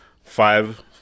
five